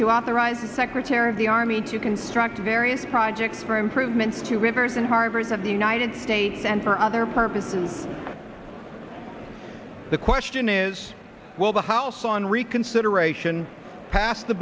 to authorize the secretary of the army to construct various projects for improvements to rivers and harvard's of the united states and for other purposes the question is will the house on reconsideration pass the